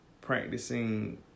practicing